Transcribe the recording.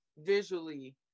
visually